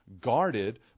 guarded